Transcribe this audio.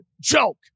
joke